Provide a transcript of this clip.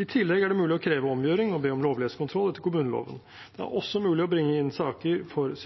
I tillegg er det mulig å kreve omgjøring og be om lovlighetskontroll etter kommuneloven. Det er også mulig å bringe inn saker for